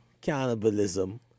Cannibalism